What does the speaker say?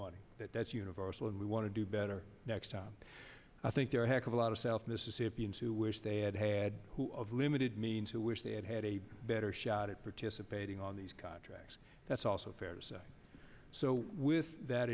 money that that's universal and we want to do better next time i think there are a heck of a lot of south mississippi who wish they had had who of limited means who wish they had had a better shot at participating on these contracts that's also fair to say so with that